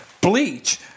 bleach